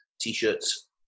t-shirts